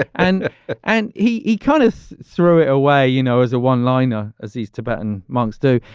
and and he kind of threw it away, you know, as a one liner, as these tibetan monks do.